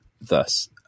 thus